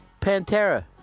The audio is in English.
Pantera